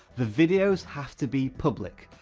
the videos have to be public.